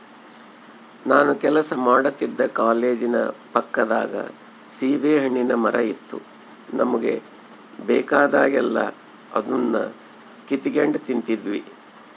ನಾನು ಕೆಲಸ ಮಾಡ್ತಿದ್ದ ಕಾಲೇಜಿನ ಪಕ್ಕದಾಗ ಸೀಬೆಹಣ್ಣಿನ್ ಮರ ಇತ್ತು ನಮುಗೆ ಬೇಕಾದಾಗೆಲ್ಲ ಅದುನ್ನ ಕಿತಿಗೆಂಡ್ ತಿಂತಿದ್ವಿ